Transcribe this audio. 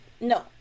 no